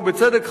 ובצדק,